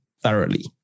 thoroughly